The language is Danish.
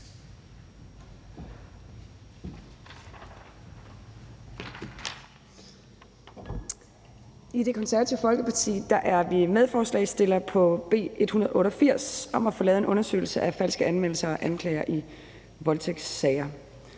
I Det Konservative Folkeparti er vi medforslagsstillere på B 188 om at få lavet en undersøgelse af falske anmeldelser og anklager i voldtægtssager.